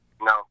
No